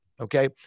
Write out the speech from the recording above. Okay